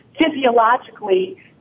physiologically